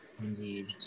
Indeed